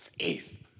faith